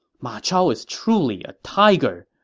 ma chao is truly a tiger!